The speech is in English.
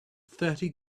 thirty